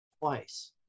twice